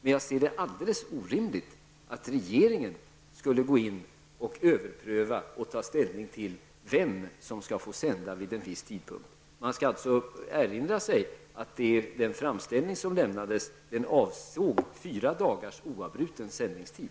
Jag anser att det är alldeles orimligt att regeringen skall gå in och överpröva och ta ställning till vem som skall få sända. Vi skall erinra oss att framställningen som lämnades in avsåg fyra dagars oavbruten sändningstid.